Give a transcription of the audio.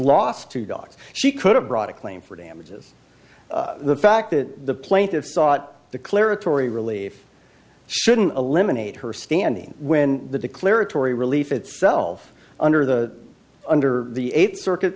lost two dogs she could have brought a claim for damages the fact that the plaintiffs sought to clear a tory relief shouldn't eliminate her standing when the declaratory relief itself under the under the eighth circuit